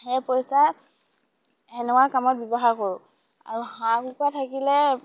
সেই পইচা সেনেকুৱা কামত ব্যৱহাৰ কৰোঁ আৰু হাঁহ কুকুৰা থাকিলে